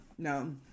No